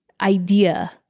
idea